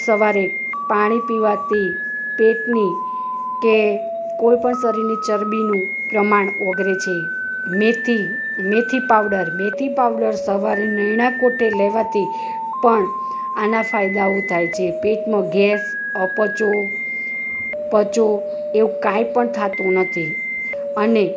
સવારે પાણી પીવાથી પેટની કે કોઈ પણ શરીરની ચરબીનું પ્રમાણ ઓગળે છે મેથી મેથી પાવડર મેથી પાવડર સવારે નરણા કોઠે લેવાથી પણ આના ફાયદાઓ થાય છે પેટમાં ગેસ અપચો પચો એવું કંઇ પણ થતું નથી અને